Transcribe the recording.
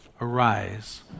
Arise